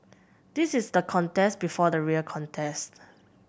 this is the contest before the real contest